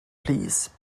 plîs